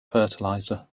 fertilizer